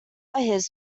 his